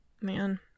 Man